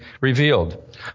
revealed